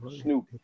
Snoop